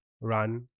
run